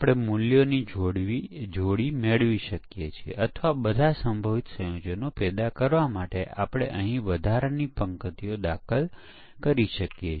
ચાલો માની લઈએ કે એકમ પરીક્ષણમાં આપણે સમય પસાર કર્યો નથી આપણે સંપૂર્ણ સિસ્ટમ પરીક્ષણ કરી રહ્યા છીએ